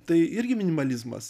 tai irgi minimalizmas